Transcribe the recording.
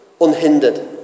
unhindered